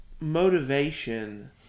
motivation